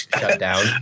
shutdown